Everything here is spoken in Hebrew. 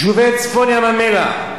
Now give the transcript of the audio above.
יישובי צפון ים-המלח,